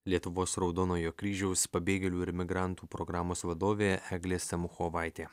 lietuvos raudonojo kryžiaus pabėgėlių ir migrantų programos vadovė eglė samuchovaitė